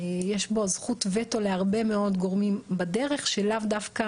יש בו זכות וטו להרבה מאוד גורמים בדרך שלאו דווקא